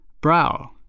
Brow